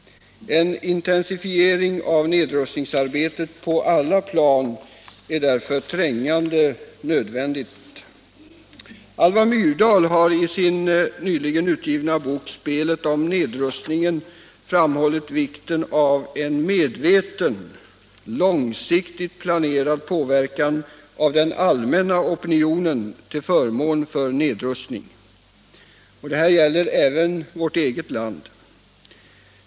En intensifiering av nedrustningsarbetet på alla plan är Fredagen den därför trängande nödvändig. 25 mars 1977 Alva Myrdal har i sin nyligen utgivna bok Spelet om nedrustningen framhållit vikten av en medveten, långsiktigt planerad påverkan på den = Anslag inom allmänna opinionen till förmån för nedrustning. Detta gäller även vårt = utrikesdepartemenland.